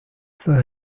saint